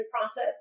process